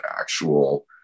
actual